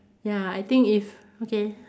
ya I think if okay